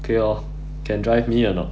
okay orh can drive me or not